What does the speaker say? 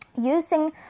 using